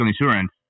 insurance